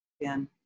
again